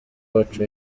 wacu